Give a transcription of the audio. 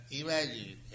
imagine